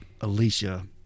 Alicia